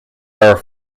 are